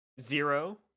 Zero